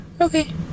okay